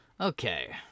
okay